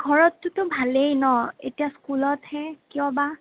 ঘৰততোতো ভালেই ন' এতিয়া স্কুলতহে কিয় বা